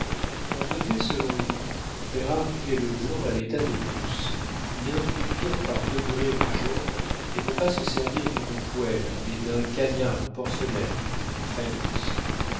on devait selon lui faire arriver le blanc à l'état de mousse y introduire par degrés le jaune et ne pas se servir d'une poêle mais d'un cagnard en porcelaine ou de faïence